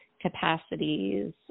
capacities